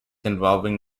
involving